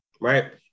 Right